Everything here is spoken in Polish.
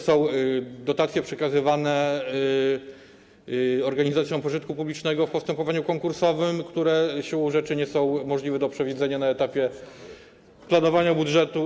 Są to dotacje przekazywane organizacjom pożytku publicznego w postępowaniu konkursowym, które nie są możliwe, siłą rzeczy, do przewidzenia na etapie planowania budżetu.